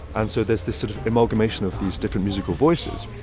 and so there's this sort of amalgamation of these different musical voices.